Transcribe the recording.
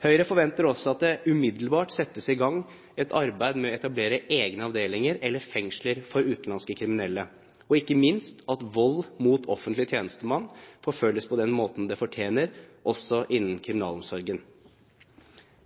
Høyre forventer også at det umiddelbart settes i gang et arbeid med å etablere egne avdelinger eller fengsler for utenlandske kriminelle, og ikke minst at vold mot offentlig tjenestemann forfølges på den måten det fortjener, også innen kriminalomsorgen.